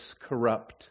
corrupt